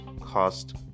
cost